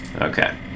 Okay